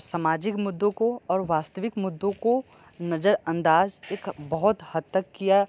सामाजिक मुद्दों को और वास्तविक मुद्दों को नजरअंदाज एक बहुत हद तक किया